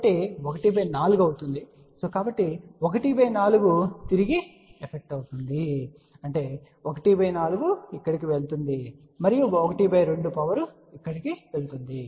కాబట్టి అది ¼ అవుతుంది కాబట్టి ¼ తిరిగి ఎఫెక్ట్ అవుతుంది ¼ ఇక్కడకు వెళుతుంది మరియు ½ పవర్ ఇక్కడకు వెళుతుంది